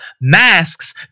masks